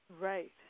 Right